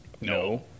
No